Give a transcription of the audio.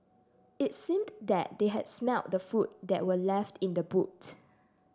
it seemed that they had smelt the food that were left in the boot